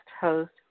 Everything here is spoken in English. host